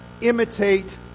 imitate